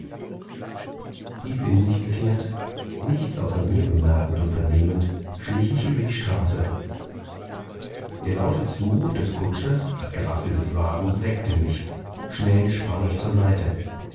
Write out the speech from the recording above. tief in mich gekehrt nichts außer mir bemerkend und vernehmend schlich ich über die straße der laute zuruf des kutschers das gerassel des wagens weckte mich schnell sprang ich zur seite